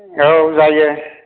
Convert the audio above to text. औ जायो